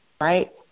right